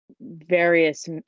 Various